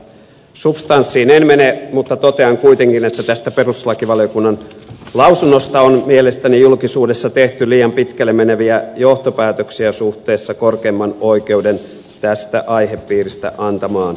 substanssiin en mene mutta totean kuitenkin että tästä perustuslakivaliokunnan lausunnosta on mielestäni julkisuudessa tehty liian pitkälle meneviä johtopäätöksiä suhteessa korkeimman oikeuden tästä aihepiiristä antamaan tuomioon